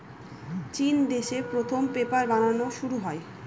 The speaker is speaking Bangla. চিন দেশে প্রথম পেপার বানানো শুরু হয়